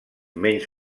menys